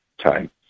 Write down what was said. time